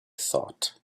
thought